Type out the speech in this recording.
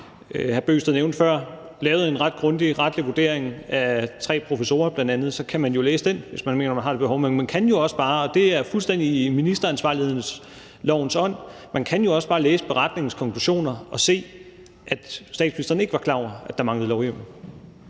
Bøgsted nævnte før, lavet en ret grundig retlig vurdering af tre professorer, og så kan man jo bl.a. læse den, hvis man mener, man har det behov. Men man kan jo også bare, og det er fuldstændig i ministeransvarlighedslovens ånd, læse beretningens konklusioner og se, at statsministeren ikke var klar over, at der manglede lovhjemmel.